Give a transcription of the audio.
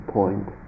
point